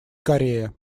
корея